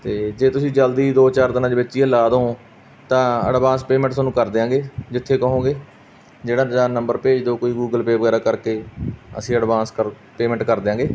ਅਤੇ ਜੇ ਤੁਸੀਂ ਜਲਦੀ ਦੋ ਚਾਰ ਦਿਨਾਂ ਦੇ ਵਿਚ ਹੀ ਇਹ ਲਗਾ ਦਿਓ ਤਾਂ ਐਡਵਾਂਸ ਪੇਮੈਂਟ ਤੁਹਾਨੂੰ ਕਰ ਦਿਆਂਗੇ ਜਿੱਥੇ ਕਹੋਗੇ ਜਿਹੜਾ ਜਾਂ ਨੰਬਰ ਭੇਜ ਦਿਓ ਕੋਈ ਗੂਗਲ ਪੇ ਵਗੈਰਾ ਕਰਕੇ ਅਸੀਂ ਐਡਵਾਂਸ ਕਰ ਪੇਮੈਂਟ ਕਰ ਦਿਆਂਗੇ